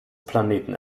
planeten